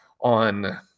on